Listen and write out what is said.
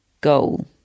goal